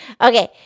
Okay